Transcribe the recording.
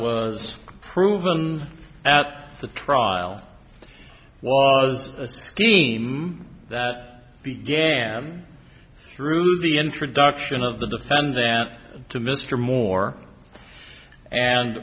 was proven at the trial was a scheme that began through the introduction of the fund that to mr moore and